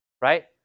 Right